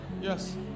yes